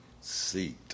seat